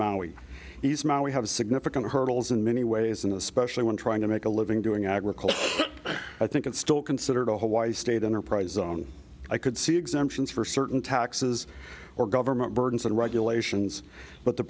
maui easement we have significant hurdles in many ways and especially when trying to make a living doing agriculture i think it's still considered a hawaii state enterprise zone i could see exemptions for certain taxes or government burdensome regulations but the